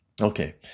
Okay